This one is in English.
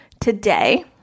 today